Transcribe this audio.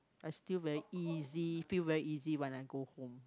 I still very easy feel very easy when I go home